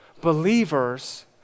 believers